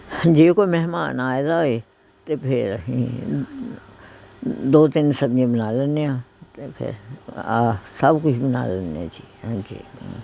ਜੇ ਕੋਈ ਮਹਿਮਾਨ ਆਏਦਾ ਹੋਏ ਤਾਂ ਫਿਰ ਅਸੀਂ ਦੋ ਤਿੰਨ ਸਬਜ਼ੀਆ ਬਣਾ ਲੈਂਦੇ ਹਾਂ ਅਤੇ ਫਿਰ ਆ ਸਭ ਕੁਝ ਬਣਾ ਲੈਂਦੇ ਹਾਂ ਜੀ ਹਾਂਜੀ